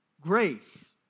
Grace